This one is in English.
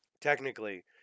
technically